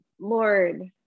Lord